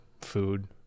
food